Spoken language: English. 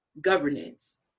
governance